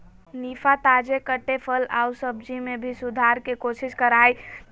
निफा, ताजे कटे फल आऊ सब्जी में भी सुधार के कोशिश करा हइ